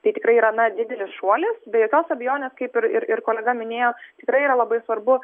tai tikrai yra na didelis šuolis be jokios abejonės kaip ir ir kolega minėjo tikrai yra labai svarbu